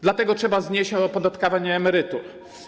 Dlatego trzeba znieść opodatkowanie emerytur.